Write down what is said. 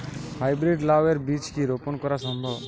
High breed লাও এর বীজ কি রোপন করা সম্ভব?